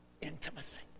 Intimacy